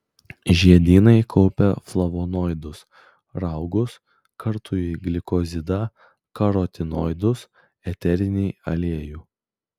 žiedynai kaupia flavonoidus raugus kartųjį glikozidą karotinoidus eterinį aliejų